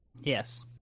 Yes